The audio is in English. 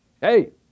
Hey